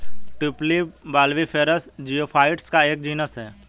tulip bulbiferous geophytes का एक genus है